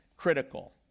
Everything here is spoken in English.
Critical